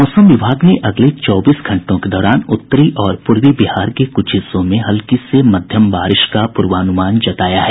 मौसम विभाग ने अगले चौबीस घंटों के दौरान उत्तरी और पूर्वी बिहार के कुछ हिस्सों में हल्की से मध्यम बारिश का पूर्वानुमान जताया है